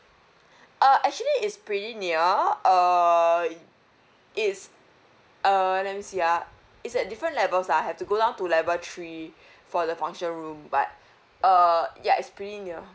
uh actually it's pretty near err it's uh let me see ah it's at different levels lah have to go down to level three for the function room but err ya it's pretty near